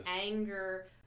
anger